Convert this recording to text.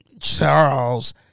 Charles